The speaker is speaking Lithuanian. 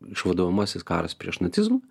išvaduojamasis karas prieš nacizmą